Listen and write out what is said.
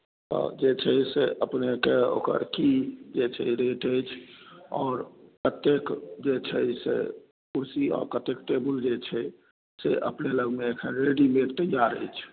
तऽ जे छै से अपनेके ओकर की जे छै रेट अछि आओर कतेक जे छै से कुर्सी आओर कतेक टेबुल जे छै से अपने लगमे एखन रेडीमेड तैआर अछि